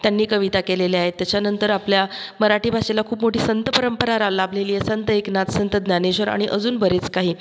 त्यांनी कविता केलेल्या आहेत त्याच्यानंतर आपल्या मराठी भाषेला खूप मोठी संत परंपरा रा लाभलेली आहे संत एकनाथ संत ज्ञानेश्वर आणि अजून बरेच काही